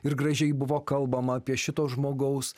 ir gražiai buvo kalbama apie šito žmogaus